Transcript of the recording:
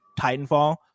Titanfall